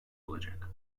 olacak